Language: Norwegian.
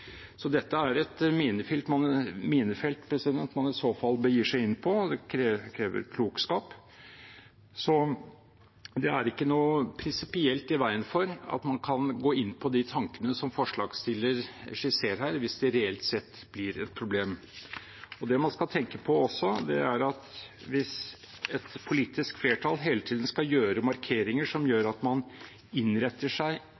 er et minefelt man i så fall begir seg inn på, og det krever klokskap. Det er ikke noe prinsipielt i veien for at man kan gå inn på de tankene som forslagsstillerne skisserer her, hvis det reelt sett blir et problem, men det man også skal tenke på, er at hvis et politisk flertall hele tiden skal gjøre markeringer som gjør at man innretter seg